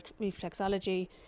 reflexology